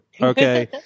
Okay